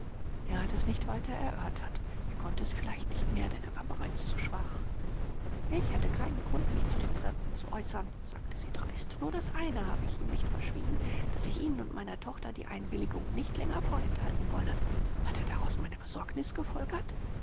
er hat es nicht weiter erörtert er konnte es vielleicht nicht mehr denn er war bereits zu schwach ich hatte keinen grund mich zu dem fremden zu äußern sagte sie dreist nur das eine habe ich ihm nicht verschwiegen daß ich ihnen und meiner tochter die einwilligung nicht länger vorenthalten wolle hat er daraus meine besorgnis gefolgert